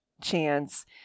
chance